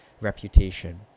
reputation